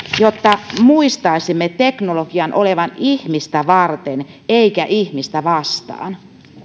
jotta muistaisimme teknologian olevan ihmistä varten eikä ihmistä vastaan